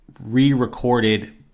re-recorded